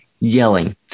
yelling